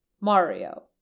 mario